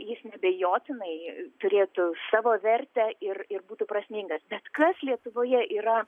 jis neabejotinai turėtų savo vertę ir ir būtų prasmingas nes kas lietuvoje yra